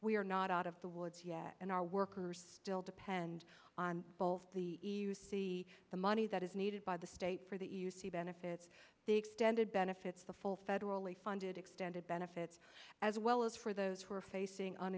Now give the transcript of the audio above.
are not out of the woods yet and our workers still depend on both the you see the money that is needed by the state for that you see benefits extended benefits the full federally funded extended benefits as well as for those who are facing